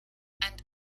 and